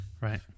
Right